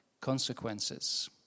consequences